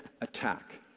attack